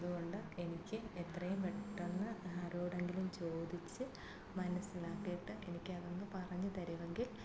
അത് കൊണ്ട് എനിക്ക് എത്രയും പെട്ടെന്ന് ആരോടെങ്കിലും ചോദിച്ച് മനസിലാക്കിയിട്ട് എനിക്ക് അതൊന്ന് പറഞ്ഞു തരുമെങ്കിൽ